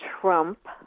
Trump